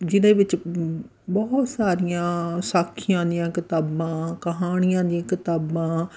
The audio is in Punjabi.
ਜਿਹਦੇ ਵਿੱਚ ਬਹੁਤ ਸਾਰੀਆਂ ਸਾਖੀਆਂ ਦੀਆਂ ਕਿਤਾਬਾਂ ਕਹਾਣੀਆਂ ਦੀਆਂ ਕਿਤਾਬਾਂ